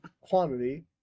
quantity